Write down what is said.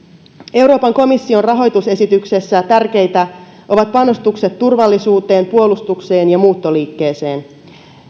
euroopan komission rahoitusesityksessä tärkeitä ovat panostukset turvallisuuteen puolustukseen ja muuttoliikkeeseen